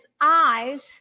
eyes